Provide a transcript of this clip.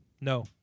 No